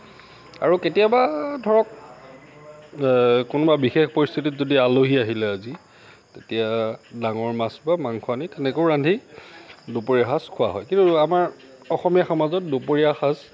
আৰু কেতিয়াবা ধৰক কোনোবা বিশেষ পৰিস্থিতিত যদি আলহী আহিলে আজি তেতিয়া ডাঙৰ মাছ বা মাংস আনি তেনেকৈও ৰান্ধি দুপৰীয়া সাঁজ খোৱা হয় কিন্তু আমাৰ অসমীয়া সমাজত দুপৰীয়া সাঁজ